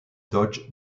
dodge